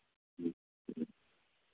ᱦᱮᱸ ᱦᱮᱸ